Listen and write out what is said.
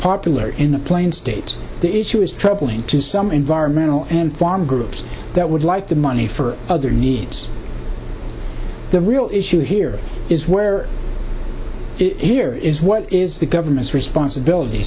popular in the plains states the issue is troubling to some environmental and form groups that would like the money for other needs the real issue here is where it here is what is the government's responsibility